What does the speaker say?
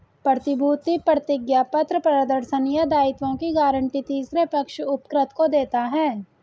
प्रतिभूति प्रतिज्ञापत्र प्रदर्शन या दायित्वों की गारंटी तीसरे पक्ष उपकृत को देता है